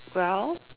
well